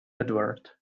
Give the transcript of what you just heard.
edward